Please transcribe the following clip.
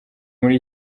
muri